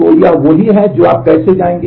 तो यह वही है जो आप कैसे जाएंगे